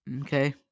Okay